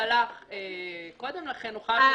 אם הוא לא שלח קודם לכן את החשבוניות,